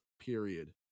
period